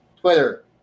Twitter